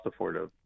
affordable